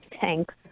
Thanks